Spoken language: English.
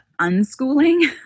unschooling